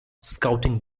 scouting